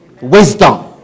Wisdom